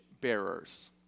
bearers